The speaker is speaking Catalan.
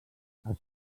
això